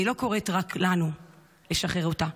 אני לא קוראת רק לנו לשחרר אותה,